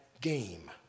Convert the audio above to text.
Game